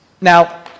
Now